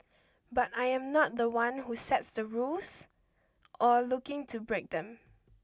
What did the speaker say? but I am not the one who sets the rules or looking to break them